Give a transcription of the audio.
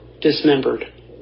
dismembered